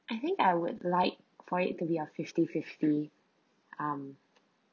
I think I would like for it to be a fifty fifty um